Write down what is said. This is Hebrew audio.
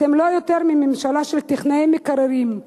אתם לא יותר מממשלה של טכנאי מקררים,